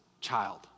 child